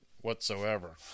whatsoever